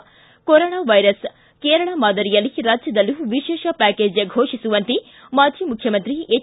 ಿ corona virus Kerala ಮಾದರಿಯಲ್ಲಿ ರಾಜ್ಯದಲ್ಲೂ ವಿಶೇಷ ಪ್ಯಾಕೆಜ್ ಫೋಷಿಸುವಂತೆ ಮಾಜಿ ಮುಖ್ಯಮಂತ್ರಿ ಎಚ್